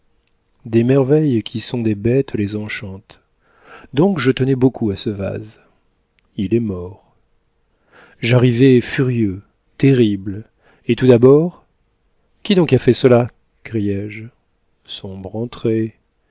des merveilles qui sont des bêtes les enchantent donc je tenais beaucoup à ce vase il est mort j'arrivai furieux terrible et tout d'abord qui donc a fait cela criai-je sombre entrée